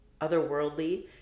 otherworldly